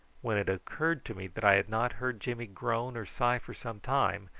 when it occurred to me that i had not heard jimmy groan or sigh for some time,